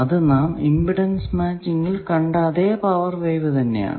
അത് നാം ഇമ്പിഡൻസ് മാച്ചിങ്ങിൽ കണ്ട അതെ പവർ വേവ് തന്നെ ആണ്